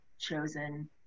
chosen